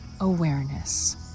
awareness